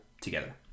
together